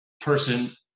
person